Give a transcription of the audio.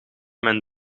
mijn